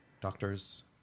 doctors